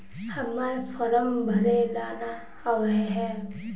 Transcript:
हम्मर फारम भरे ला न आबेहय?